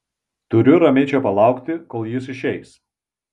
turiu ramiai čia palaukti kol jis išeis